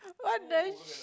what the shit